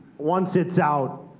once it's out,